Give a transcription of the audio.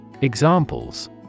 Examples